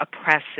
oppressive